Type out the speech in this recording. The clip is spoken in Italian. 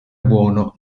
buono